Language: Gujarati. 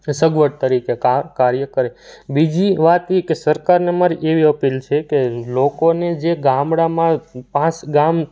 કે સગવડ તરીકે કાર્ય કરે બીજી વાત એ કે સરકારને મારી એવી અપીલ છે કે લોકોને જે ગામડામાં પાંચ ગામ